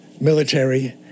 military